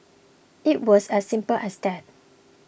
it was as simple as that